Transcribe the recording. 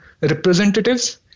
representatives